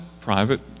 private